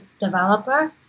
developer